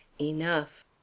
enough